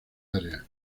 área